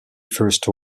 first